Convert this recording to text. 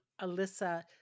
Alyssa